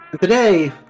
Today